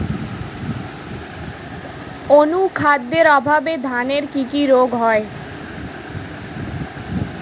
অনুখাদ্যের অভাবে ধানের কি কি রোগ হয়?